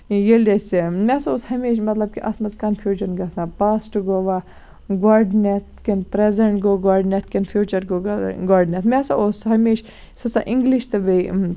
ییٚلہِ أسۍ مےٚ ہسا اوس ہَمیشہٕ مطلب کہِ اَتھ منٛز کَنفوٗجن گژھان پاسٹ گوٚوا گۄڈٕنیٚتھ کِنہٕ پرٛیزنٛٹ گوٚو گۄڈٕنیٚتھ کِنہٕ فوٗچر گوٚڈٕنیٚتھ مےٚ ہسا اوس ہمیشہٕ سُہ ہسا اِنگلِش تہٕ بیٚیہِ